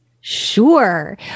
Sure